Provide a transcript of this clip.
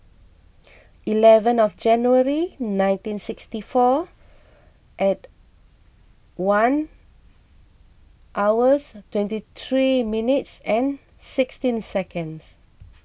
eleven of January nineteen sixty four at one hours twenty three minutes and sixteen seconds